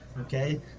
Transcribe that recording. Okay